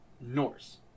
Norse